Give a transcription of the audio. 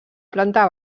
planta